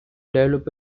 develop